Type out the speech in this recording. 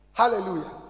Hallelujah